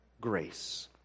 grace